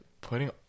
putting